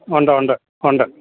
ഉണ്ട് ഉണ്ട് ഉണ്ട്